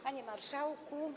Panie Marszałku!